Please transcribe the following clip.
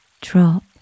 drop